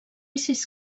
sis